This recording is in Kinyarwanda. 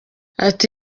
ati